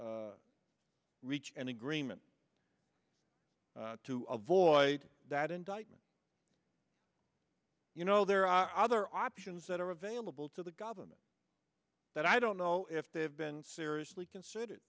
to reach an agreement to avoid that indictment you know there are other options that are available to the government that i don't know if they have been seriously considered